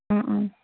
ꯎꯝ ꯎꯝ